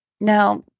Now